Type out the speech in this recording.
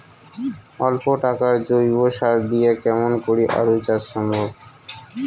অল্প টাকার জৈব সার দিয়া কেমন করি আলু চাষ সম্ভব?